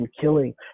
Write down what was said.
killing